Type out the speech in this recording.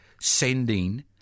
sending